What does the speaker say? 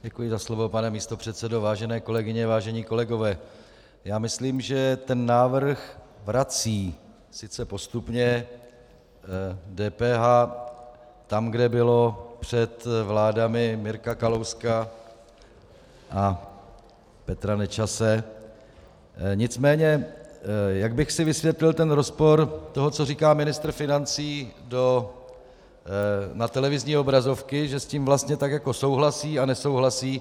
Děkuji za slovo, pane místopředsedo, vážené kolegyně, vážení kolegové, myslím si, že návrh vrací sice postupně DPH tam, kde bylo před vládami Mirka Kalouska a Petra Nečase, nicméně jak bych si vysvětlil rozpor toho, co říká ministr financí na televizní obrazovky, že s tím vlastně souhlasí a nesouhlasí.